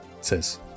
says